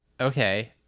Okay